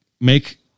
make